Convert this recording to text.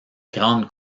grande